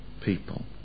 people